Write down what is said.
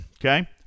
Okay